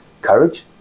courage